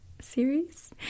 series